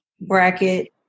bracket